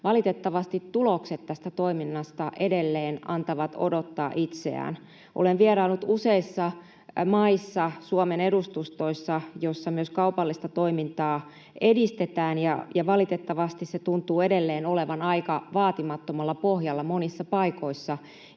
valitettavasti tulokset tästä toiminnasta edelleen antavat odottaa itseään. Olen vieraillut useissa maissa Suomen edustustoissa, joissa myös kaupallista toimintaa edistetään, ja valitettavasti se tuntuu edelleen olevan aika vaatimattomalla pohjalla monissa paikoissa,